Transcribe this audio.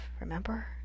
remember